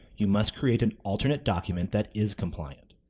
you must create an alternate document that is compliant.